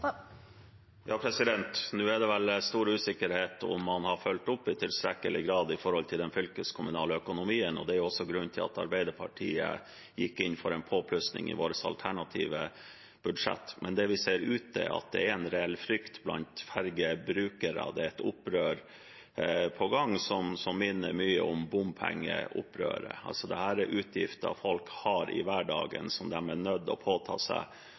Nå er det vel stor usikkerhet om man i tilstrekkelig grad har fulgt opp i forhold til den fylkeskommunale økonomien, og det er også grunnen til at Arbeiderpartiet gikk inn for en påplussing i vårt alternative budsjett. Men det vi ser ute, er at det er en reell frykt blant fergebrukere, og det er et opprør på gang som minner mye om bompengeopprøret. Dette er utgifter folk har i hverdagen, som de er nødt til å ta på seg